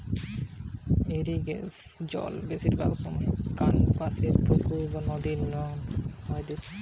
ইরিগেশনে জল বেশিরভাগ সময় কোনপাশের পুকুর বা নদী নু ন্যাওয়া হইতেছে